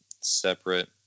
Separate